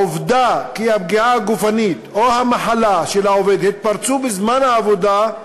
העובדה שהפגיעה הגופנית או המחלה של העובד התפרצו בזמן העבודה,